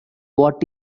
what